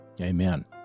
Amen